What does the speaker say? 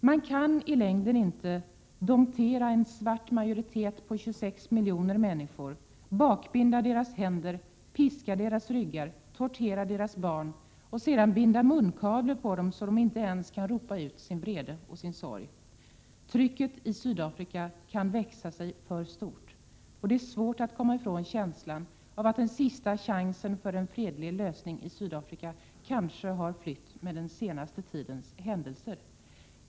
Man kan i längden inte domptera en svart majoritet på 26 miljoner människor, bakbinda deras händer, piska deras ryggar, tortera deras barn och sedan binda munkavle på dem så att de inte ens kan ropa ut sin vrede och sin sorg. Trycket i Sydafrika kan växa sig för stort. Det är svårt att komma ifrån känslan av att den sista chansen för en fredlig lösning i Sydafrika kanske har flytt med den senaste tidens händelser.